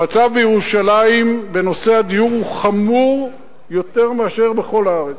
המצב בירושלים בנושא הדיור הוא חמור יותר מאשר בכל הארץ.